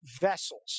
vessels